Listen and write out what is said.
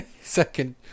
Second